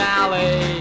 alley